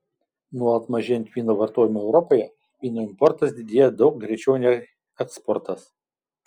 nuolat mažėjant vyno vartojimui europoje vyno importas didėja daug greičiau nei eksportas